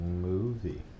movie